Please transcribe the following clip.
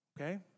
Okay